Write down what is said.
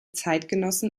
zeitgenossen